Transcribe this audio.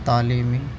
تعلیمی